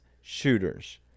shooters